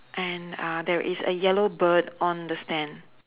and uh there is a yellow bird on the stand